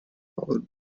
followed